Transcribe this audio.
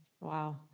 Wow